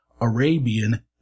Arabian